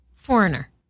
Foreigner